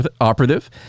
operative